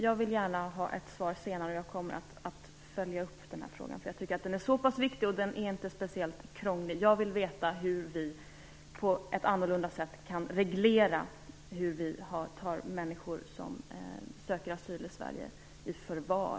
Jag vill gärna ha ett svar senare och kommer att följa upp den här frågan. Den är nämligen så pass viktig och inte speciellt krånglig. Jag vill veta hur vi på ett annat sätt kan reglera hur vi tar människor som söker asyl i Sverige i förvar.